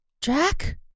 Jack